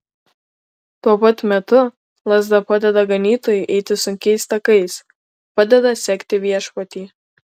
tuo pat metu lazda padeda ganytojui eiti sunkiais takais padeda sekti viešpatį